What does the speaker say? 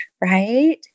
right